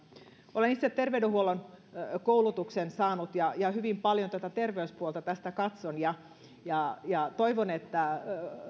olen itse terveydenhuollon koulutuksen saanut ja ja hyvin paljon tätä terveyspuolta tästä katson ja ja toivon että